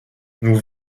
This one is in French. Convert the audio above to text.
nous